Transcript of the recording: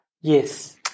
Yes